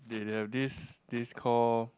they have this this call